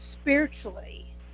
spiritually